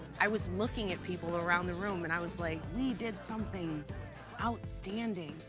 i was looking at people around the room, and i was like, we did something outstanding.